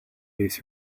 these